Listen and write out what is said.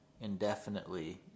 indefinitely